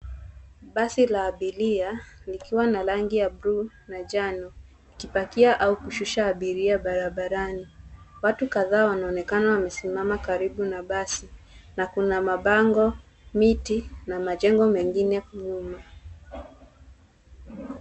Basi la abiria likiwa na rangi ya buluu na njano, likipakia au kushusha abiria barabarani. Watu kadhaa wanaonekana wamesimama karibu na basi na kuna mabango, miti na majengo mengine nyuma.